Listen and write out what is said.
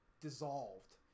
dissolved